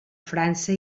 frança